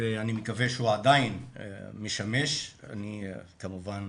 אני מקווה שהוא עדיין משמש, אני כמובן